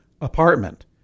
apartment